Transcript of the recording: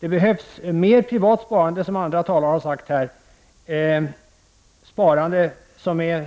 Det behövs, som andra talare här har sagt, mer privat sparande, sparande som är